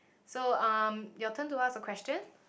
so um your turn to ask a question